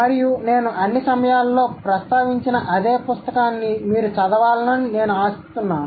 మరియు నేను అన్ని సమయాలలో ప్రస్తావించిన అదే పుస్తకాన్ని మీరు చదవాలని నేను ఆశిస్తున్నాను